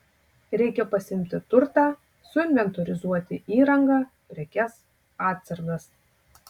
reikia pasiimti turtą suinventorizuoti įrangą prekes atsargas